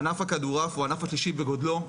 ענף הכדורעף הוא ענף השלישי בגודלו.